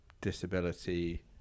disability